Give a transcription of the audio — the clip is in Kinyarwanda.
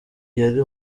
yari